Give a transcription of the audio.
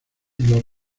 los